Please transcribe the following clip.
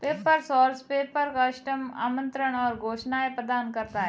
paper source paper, custom आमंत्रण और घोषणाएं प्रदान करता है